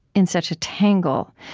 in such a tangle.